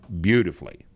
beautifully